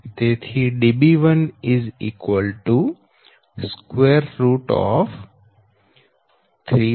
તેથી Db1 3